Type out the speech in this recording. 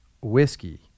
whiskey